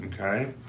Okay